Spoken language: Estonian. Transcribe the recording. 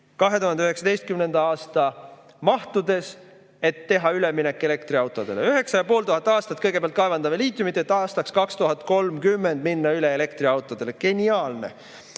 2019. aasta mahtudes, et teha üleminek elektriautodele. 9500 aastat kõigepealt kaevandame liitiumit, et aastaks 2030 minna üle elektriautodele. Geniaalne!